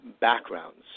backgrounds